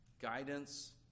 guidance